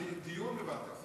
התשובה היא לא.